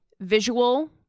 visual